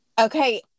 Okay